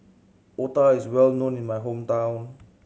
otah is well known in my hometown